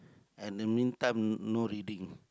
at the meantime no reading